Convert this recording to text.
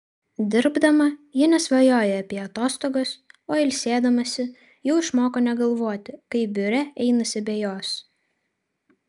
dirbdama ji nesvajoja apie atostogas o ilsėdamasi jau išmoko negalvoti kaip biure einasi be jos